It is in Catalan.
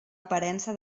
aparença